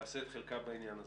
היא תעשה את חלקה בעניין הזה.